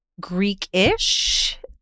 Greek-ish